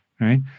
right